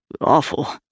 awful